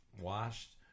washed